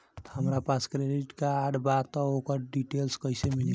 हमरा पास credit card बा त ओकर डिटेल्स कइसे मिली?